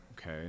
okay